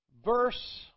Verse